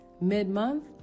Mid-month